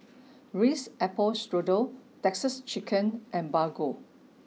Ritz Apple Strudel Texas Chicken and Bargo